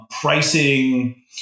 Pricing